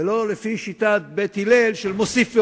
ולא לפי שיטת בית הלל, של מוסיף והולך,